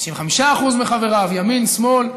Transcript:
95% מחבריו, ימין, שמאל,